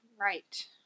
Right